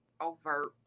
overt